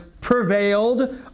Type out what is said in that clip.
prevailed